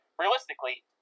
realistically